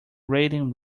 waiting